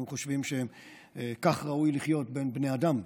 אנחנו חושבים שכך ראוי להיות בין בני אדם.